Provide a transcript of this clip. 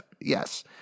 Yes